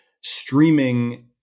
Streaming